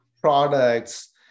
products